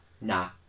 nah